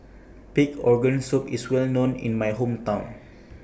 Pig Organ Soup IS Well known in My Hometown